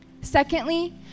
Secondly